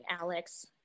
Alex